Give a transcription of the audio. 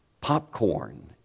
Popcorn